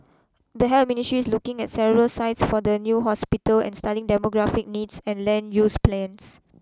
the Ministry is looking at several sites for the new hospital and studying demographic needs and land use plans